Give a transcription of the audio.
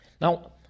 Now